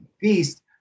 beast